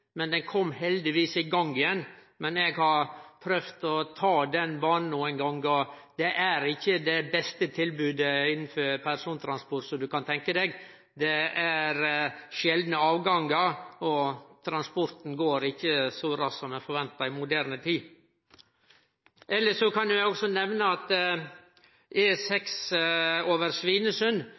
men han kom heldigvis i gang igjen. Eg har prøvd å ta den banen nokre gonger, men det er ikkje det beste tilbodet innanfor persontrafikk som ein kan tenkje seg. Det er sjeldne avgangar, og transporten går ikkje så raskt som ein ventar i moderne tid. Elles kan eg også